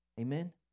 Amen